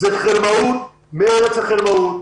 זה חלמאות מארץ החלמאות.